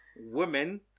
women